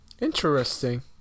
interesting